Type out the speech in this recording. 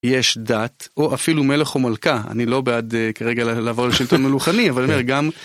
יש דת, או אפילו מלך או מלכה, אני לא בעד כרגע לעבור לשלטון מלוכני, אבל גם...